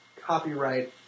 copyright